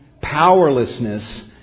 powerlessness